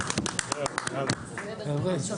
תודה רבה.